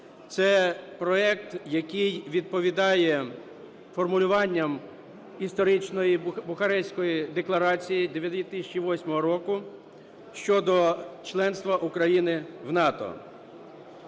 Це проект, який відповідає формулюванням історичної Бухарестської декларації 2008 року щодо членства України в НАТО.